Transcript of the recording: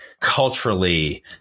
culturally